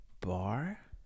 Bar